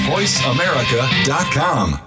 VoiceAmerica.com